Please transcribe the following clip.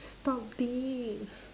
stop this